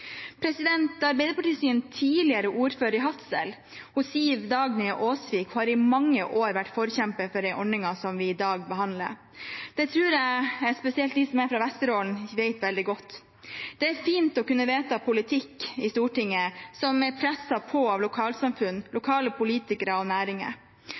tidligere ordfører i Hadsel, Siv Dagny Aasvik, har i mange år vært en forkjemper for den ordningen som vi i dag behandler. Det tror jeg spesielt de som er fra Vesterålen, vet veldig godt. Det er fint å kunne vedta politikk i Stortinget som er presset på av lokalsamfunn, lokale politikere og næringer.